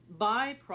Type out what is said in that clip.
byproduct